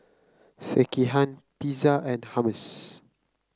Sekihan Pizza and Hummus